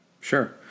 Sure